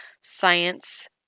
science